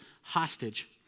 hostage